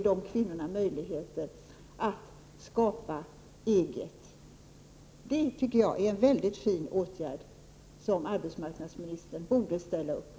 Det är en mycket fin åtgärd som arbetsmarknadsministern borde ställa upp på.